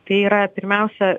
tai yra pirmiausia